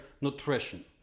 nutrition